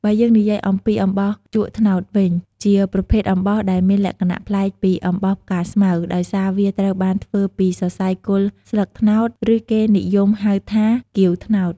បើយើងនិយាយអំពី អំបោសជក់ត្នោតវិញ ជាប្រភេទអំបោសដែលមានលក្ខណៈប្លែកពីអំបោសផ្កាស្មៅ ដោយសារវាត្រូវបានធ្វើពីសរសៃគល់ស្លឹកត្នោត ឬគេនិយមហៅថា គាវត្នោត។